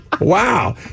Wow